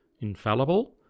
infallible